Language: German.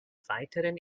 weiteren